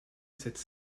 cette